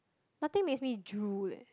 nothing makes me drool leh